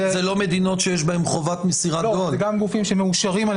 זה לא מדינות שיש בהן חובת מסירת דואר אלקטרוני.